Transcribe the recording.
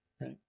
right